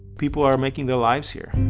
people are making their lives here.